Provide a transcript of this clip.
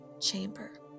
chamber